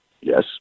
Yes